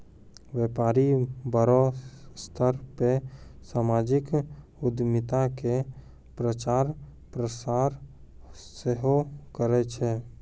व्यपारी बड़ो स्तर पे समाजिक उद्यमिता के प्रचार प्रसार सेहो करै छै